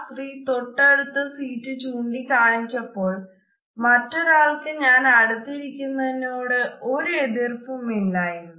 ആ സ്ത്രീ തൊട്ടടുത്ത സീറ്റ് ചൂണ്ടി കാണിച്ചപ്പോൾ മറ്റൊരാൾക്കു ഞാൻ അടുത്തിരിക്കുന്നതിനോട് ഒരെതിർപ്പും ഇല്ലായിരുന്നു